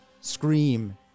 scream